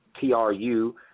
T-R-U